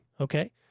Okay